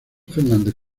fernández